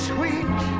Sweet